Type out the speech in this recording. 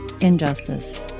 Injustice